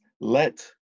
Let